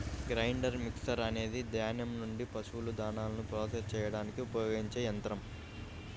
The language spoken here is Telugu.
గ్రైండర్ మిక్సర్ అనేది ధాన్యం నుండి పశువుల దాణాను ప్రాసెస్ చేయడానికి ఉపయోగించే యంత్రం